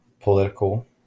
political